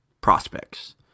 prospects